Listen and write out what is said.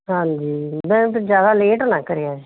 ਹਾਂਜੀ ਮੈਂ ਅਤੇ ਜ਼ਿਆਦਾ ਲੇਟ ਨਾ ਕਰਿਆ ਜੇ